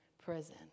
prison